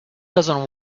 doesn’t